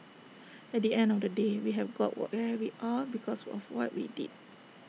at the end of the day we have got where we are because of what we did